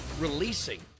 releasing